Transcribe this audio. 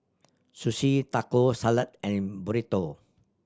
Sushi Taco Salad and Burrito